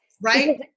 Right